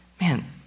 man